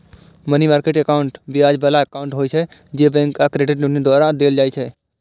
money market account ब्याज बला account होइ छै, जे बैंक आ क्रेडिट यूनियन द्वारा देल जाइ छै